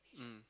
mm